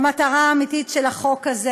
המטרה האמיתית של החוק הזה